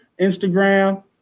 Instagram